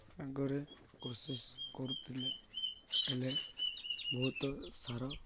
ଆଗରେ କୃଷି କରୁଥିଲେ ହେଲେ ବହୁତ ସାର